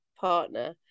partner